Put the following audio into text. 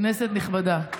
כנסת נכבדה,